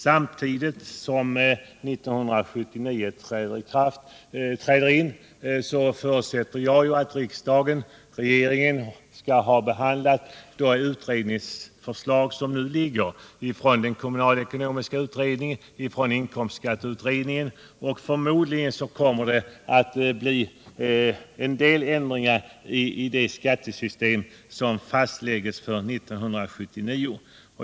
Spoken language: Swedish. När 1979 träder in förutsätter jag att riksdag och regering också skall ha behandlat de förslag som nu föreligger från den kommunalekonomiska utredningen och inkomstskatteutredningen. Förmodligen kommer det att bli en del ändringar i det skattesystem som fastlägges för 1979.